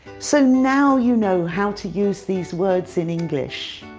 so now you know how to use these words in english.